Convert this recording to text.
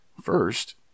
First